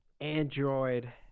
Android